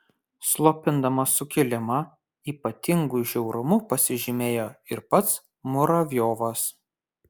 slopindamas sukilimą ypatingu žiaurumu pasižymėjo ir pats muravjovas